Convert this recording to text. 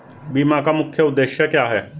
बीमा का मुख्य उद्देश्य क्या है?